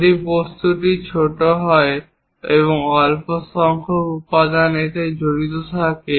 যদি বস্তুটি ছোট হয় এবং অল্প সংখ্যক উপাদান এতে জড়িত থাকে